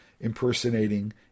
impersonating